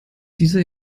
dieser